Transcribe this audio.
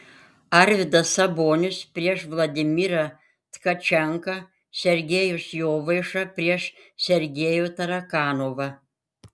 arvydas sabonis prieš vladimirą tkačenką sergejus jovaiša prieš sergejų tarakanovą